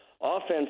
offense